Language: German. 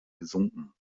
gesunken